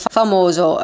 famoso